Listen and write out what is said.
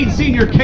senior